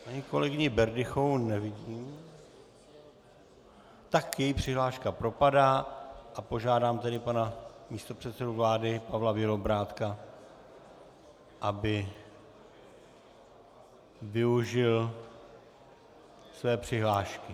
Paní kolegyni Berdychovou nevidím, tak její přihláška propadá a požádám tedy pana místopředsedu vlády Pavla Bělobrádka, aby využil své přihlášky.